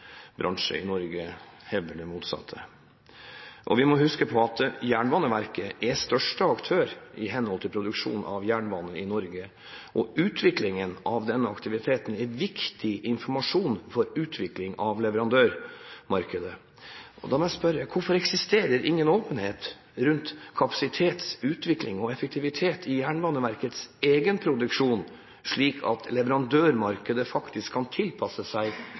i Norge hevder det motsatte. Vi må huske på at Jernbaneverket er største aktør i henhold til produksjon av jernbane i Norge, og utviklingen av denne aktiviteten er viktig informasjon for utvikling av leverandørmarkedet. Da må jeg spørre: Hvorfor eksisterer det ingen åpenhet rundt kapasitetsutvikling og effektivitet i Jernbaneverkets egen produksjon, slik at leverandørmarkedet faktisk kan tilpasse seg